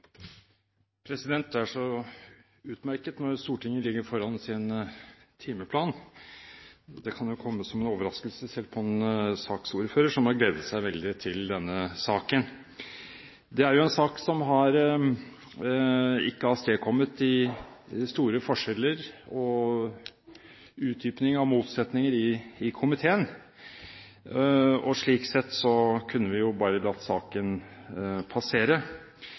Det er utmerket når Stortinget ligger foran sin timeplan. Det kan jo komme som en overraskelse, selv på en saksordfører som har gledet seg veldig til denne saken. Dette er en sak som ikke har avstedkommet de store forskjeller og utdypning av motsetninger i komiteen. Slik sett kunne vi bare latt saken passere.